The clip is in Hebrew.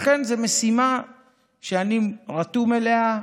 לכן זו משימה שאני רתום אליה,